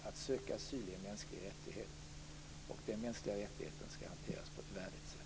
Att söka asyl är en mänsklig rättighet, och den mänskliga rättigheten skall hanteras på ett värdigt sätt.